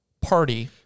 party